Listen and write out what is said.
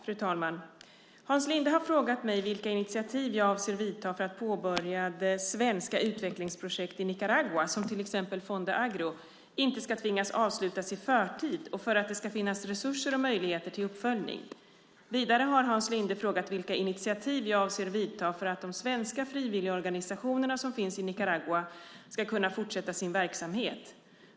Fru talman! Hans Linde har frågat mig vilka initiativ jag avser att vidta för att påbörjade svenska utvecklingsprojekt i Nicaragua, som till exempel Fonde Agro, inte ska tvingas avslutas i förtid och för att det ska finnas resurser och möjligheter till uppföljning. Vidare har Hans Linde frågat vilka initiativ jag avser att vidta för att de svenska frivilligorganisationer som finns i Nicaragua ska kunna fortsätta sin verksamhet.